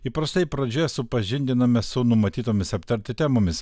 įprastai pradžioje supažindiname su numatytomis aptarti temomis